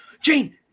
Jane